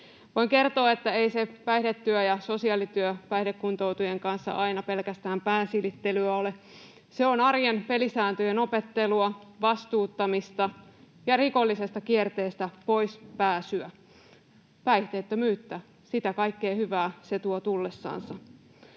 Voin kertoa, että ei se päihdetyö ja sosiaalityö päihdekuntoutujien kanssa aina pelkästään pään silittelyä ole. Se on arjen pelisääntöjen opettelua, vastuuttamista ja rikollisesta kierteestä pois pääsyä, päihteettömyyttä, sitä kaikkea hyvää se tuo tullessansa.